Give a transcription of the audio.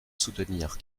soutenir